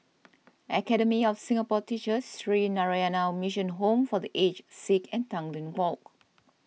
Academy of Singapore Teachers Sree Narayana Mission Home for the Aged Sick and Tanglin Walk